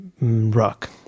rock